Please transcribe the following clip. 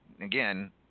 again